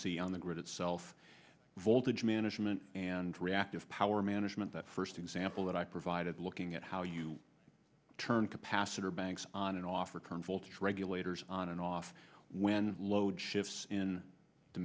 y on the grid itself voltage management and reactive power management that first example that i provided looking at how you turn capacitor banks on and off are current voltage regulators on and off when the load shifts in